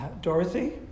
Dorothy